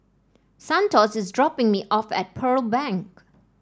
Santos is dropping me off at Pearl Bank